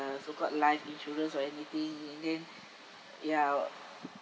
uh so called life insurance or anything and then ya